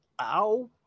Ow